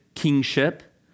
kingship